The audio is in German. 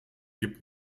gibt